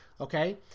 okay